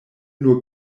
nur